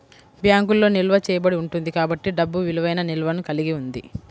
బ్యాంకులో నిల్వ చేయబడి ఉంటుంది కాబట్టి డబ్బు విలువైన నిల్వను కలిగి ఉంది